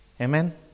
Amen